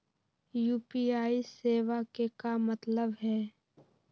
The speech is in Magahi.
यू.पी.आई सेवा के का मतलब है?